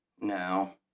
now